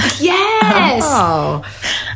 yes